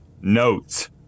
notes